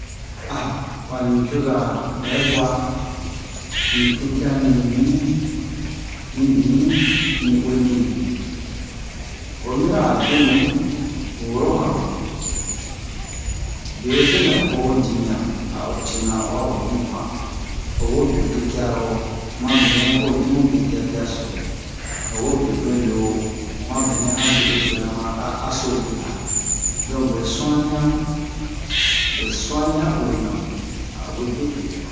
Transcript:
bani coza bɛ bua ni tete'a mimi ni uwe mimi o mina abe nu woro yano bewobenɛ o wo'o dimiyan a'o tena owa wemu han owo betete'aro ma bɛnɛ ojimu betete'aso owo be uwelo ma bɛnɛ yan be uweso ma a haso bwe'a don bwɛ suani'a mu buɛ suani'a uwena mu a'o we betete'a